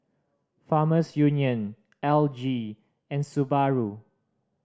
Farmers Union L G and Subaru